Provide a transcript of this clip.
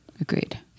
Agreed